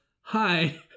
hi